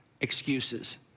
excuses